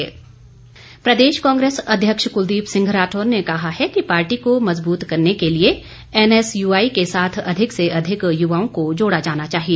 कांग्रेस प्रदेश कांग्रेस अध्यक्ष कुलदीप सिंह राठौर ने कहा है कि पार्टी को मजबूत करने के लिए एनएसयूआई के साथ अधिक से अधिक युवाओं को जोड़ा जाना चाहिए